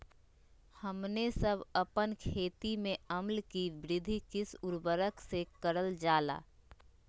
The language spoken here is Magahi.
हमने सब अपन खेत में अम्ल कि वृद्धि किस उर्वरक से करलजाला?